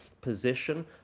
position